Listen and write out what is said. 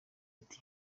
ati